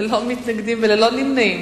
ללא מתנגדים וללא נמנעים,